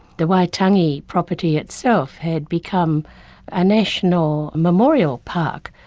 the waitangi property itself had become a national memorial park,